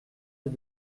les